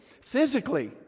physically